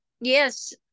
yes